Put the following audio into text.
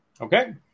Okay